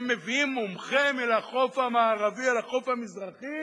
הם מביאים מומחה מהחוף המערבי לחוף המזרחי,